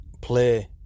play